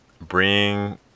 Bring